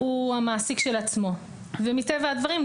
הוא המעסיק של עצמו ומטבע הדברים,